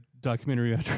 documentary